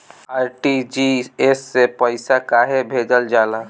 RTGS से पइसा कहे भेजल जाला?